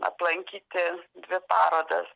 aplankyti dvi parodas